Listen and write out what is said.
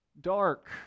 dark